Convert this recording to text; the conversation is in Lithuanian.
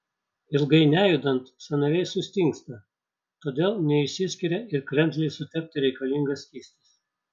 ilgai nejudant sąnariai sustingsta todėl neišsiskiria ir kremzlei sutepti reikalingas skystis